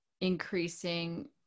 increasing